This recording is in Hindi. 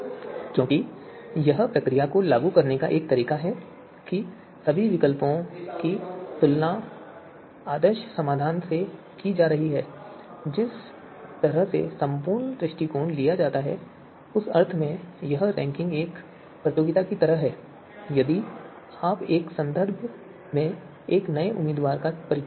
क्योंकि यह प्रक्रिया को लागू करने का तरीका है कि सभी विकल्पों की तुलना आदर्श समाधान से की जा रही है और जिस तरह से संपूर्ण दृष्टिकोण लिया जाता है उस अर्थ में यह रैंकिंग एक प्रतियोगिता की तरह है और यदि आप एक के संदर्भ में एक नए उम्मीदवार का परिचय देते हैं